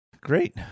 Great